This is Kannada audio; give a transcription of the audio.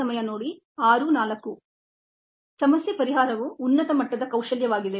ಸಮಸ್ಯೆ ಪರಿಹಾರವು ಉನ್ನತ ಮಟ್ಟದ ಕೌಶಲ್ಯವಾಗಿದೆ